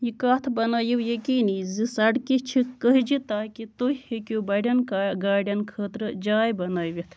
یہِ کَتھ بنٲوِو یقیٖنی زٕ سڑکہٕ چھِ کھٔجہٕ تاکہ تُہۍ ہیٚکو بڈٮ۪ن کا گاڑٮ۪ن خٲطرٕ جاے بنٲوِتھ